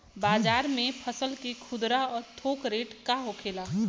बाजार में फसल के खुदरा और थोक रेट का होखेला?